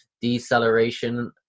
deceleration